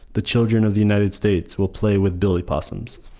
the children of the united states will play with billy possums.